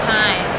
time